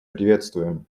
приветствуем